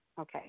Okay